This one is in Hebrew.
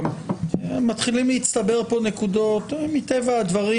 מתחילות להצטבר פה נקודות, מטבע הדברים.